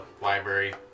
library